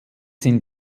sind